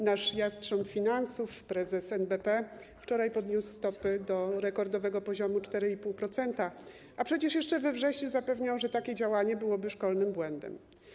Nasz jastrząb finansów, prezes NBP, wczoraj podniósł stopy do rekordowego poziomu 4,5%, a przecież jeszcze we wrześniu zapewniał, że takie działanie byłoby szkolnym błędem.